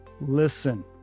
Listen